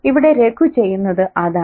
ഇവിടെ രഘു ചെയ്യുന്നത് അതാണ്